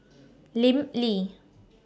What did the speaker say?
Lim Lee